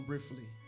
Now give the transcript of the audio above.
Briefly